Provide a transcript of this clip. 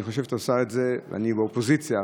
אני באופוזיציה,